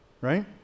right